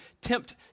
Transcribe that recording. tempt